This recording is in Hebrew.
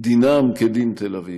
דינם כדין תל אביב.